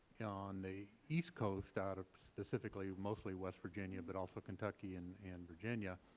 on the east coast out of specifically mostly west virginia, but also kentucky and and virginia,